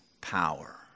power